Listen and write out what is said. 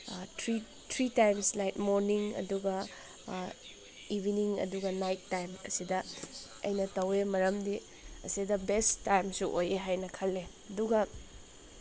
three three times like morning ꯑꯗꯨꯒ evening ꯑꯗꯨꯒ night time ꯑꯁꯤꯗ ꯑꯩꯅ ꯇꯧꯋꯦ ꯃꯔꯝꯗꯤ ꯑꯁꯤꯗ ꯕꯦꯁ ꯇꯥꯏꯝꯁꯨ ꯑꯣꯏꯌꯦ ꯍꯥꯏꯅ ꯈꯜꯂꯦ ꯑꯗꯨꯒ